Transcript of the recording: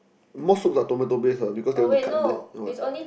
most soups are tomato based because they want to cut the what